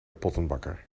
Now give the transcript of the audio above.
pottenbakker